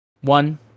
one